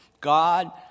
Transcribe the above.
God